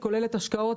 היא כוללת השקעות,